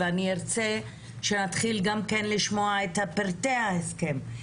אני ארצה לשמוע על פרטי ההסכם,